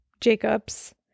Jacobs